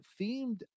themed